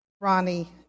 Ronnie